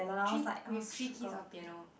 three with three keys of piano